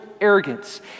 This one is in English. arrogance